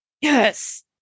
Yes